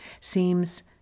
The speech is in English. seems